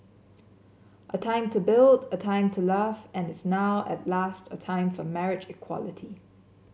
a time to build a time to love and is now at last a time for marriage equality